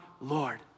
Lord